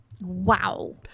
Wow